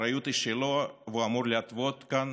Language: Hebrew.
והאחריות היא שלו, והוא אמור להתוות כאן